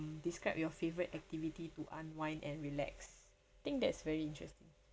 describe your favourite activity to unwind and relax think that's very interesting